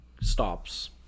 stops